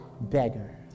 beggar